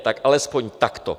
Tak alespoň takto.